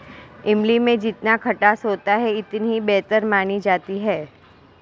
इमली में जितना खटास होता है इतनी ही बेहतर मानी जाती है